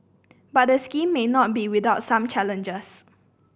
but the scheme may not be without some challenges